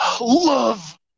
love